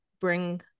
bring